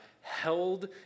held